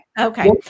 Okay